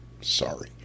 Sorry